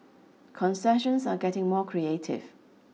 concessions are getting more creative